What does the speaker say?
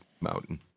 mountain